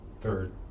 third